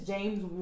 James